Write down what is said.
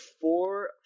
four